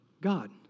God